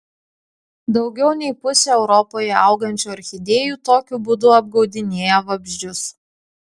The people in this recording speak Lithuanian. daugiau nei pusė europoje augančių orchidėjų tokiu būdu apgaudinėja vabzdžius